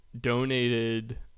donated